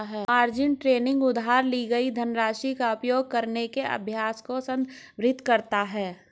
margin trading उधार ली गई धनराशि का उपयोग करने के अभ्यास को संदर्भित करता है